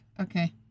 Okay